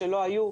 שעוד לא היו.